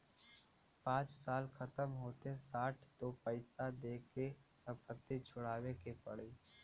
पाँच साल खतम होते साठ तो पइसा दे के संपत्ति छुड़ावे के पड़ी